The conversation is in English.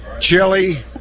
chili